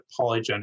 polygenic